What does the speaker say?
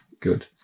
Good